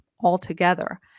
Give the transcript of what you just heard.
altogether